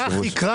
אני מתנצל